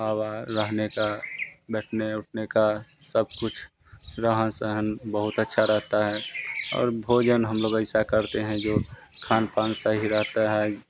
हवा रहने का बैठने उठने का सब कुछ रहन सहन बहुत अच्छा रहता है और और भोजन हम लोग ऐसा करते हैं जो खान पान सही रहता है